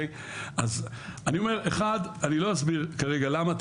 אז אני אומר אחד אני לא אסביר כרגע למה,